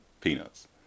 peanuts